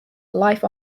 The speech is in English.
life